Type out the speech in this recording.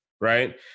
right